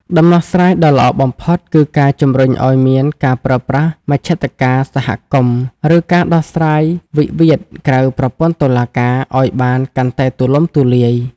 ដំណោះស្រាយដ៏ល្អបំផុត គឺការជម្រុញឱ្យមានការប្រើប្រាស់មជ្ឈត្តការសហគមន៍ ឬការដោះស្រាយវិវាទក្រៅប្រព័ន្ធតុលាការឱ្យបានកាន់តែទូលំទូលាយ។